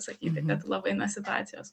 sakyti kad labai nuo situacijos